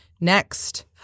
Next